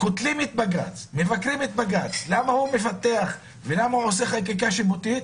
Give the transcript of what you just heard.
קוטלים את בג"ץ למה הוא לא עושה חקיקה שיפוטית,